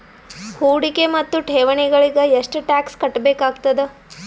ಹೂಡಿಕೆ ಮತ್ತು ಠೇವಣಿಗಳಿಗ ಎಷ್ಟ ಟಾಕ್ಸ್ ಕಟ್ಟಬೇಕಾಗತದ?